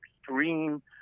extreme